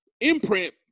imprint